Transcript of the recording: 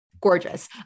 gorgeous